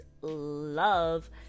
love